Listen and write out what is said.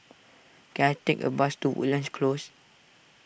can I take a bus to Woodlands Close